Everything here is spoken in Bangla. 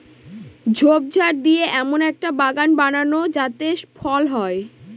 ঝোপঝাড় দিয়ে এমন একটা বাগান বানাবো যাতে ফল হয়